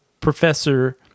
professor